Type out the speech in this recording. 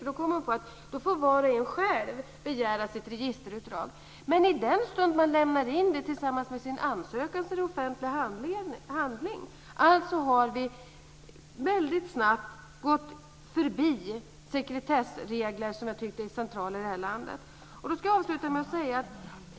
Hon kom på att var och en själv kunde begära sitt registerutdrag. Men i den stund som man lämnar in det tillsammans med sin ansökan är det en offentlig handling. Vi har alltså väldigt snabbt gått förbi sekretessregler som jag tycker är centrala i det här landet.